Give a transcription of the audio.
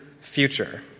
future